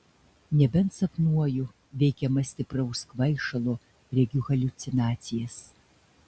nebent sapnuoju veikiama stipraus kvaišalo regiu haliucinacijas